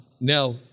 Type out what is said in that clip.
now